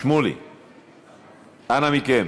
אנא מכם.